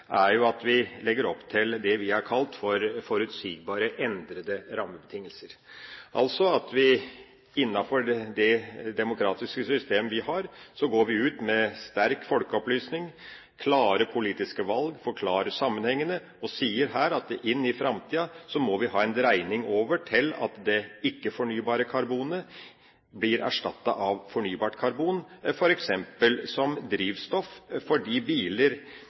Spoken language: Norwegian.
er jo at vi legger opp til det vi har kalt for forutsigbare, endrede rammebetingelser, altså at vi innenfor det demokratiske system vi har, går ut med sterk folkeopplysning, klare politiske valg, forklarer sammenhengene og sier her at inn i framtida må vi ha en dreining over til at det ikke-fornybare karbonet blir erstattet av fornybart karbon, f.eks. som drivstoff for de biler